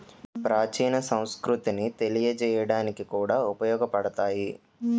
ప్రాచీన సంస్కృతిని తెలియజేయడానికి కూడా ఉపయోగపడతాయి